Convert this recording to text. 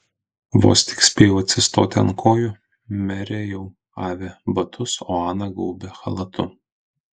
vos tik spėjau atsistoti ant kojų merė jau avė batus o ana gaubė chalatu